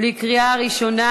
בקריאה ראשונה.